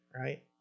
right